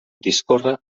discorre